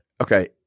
Okay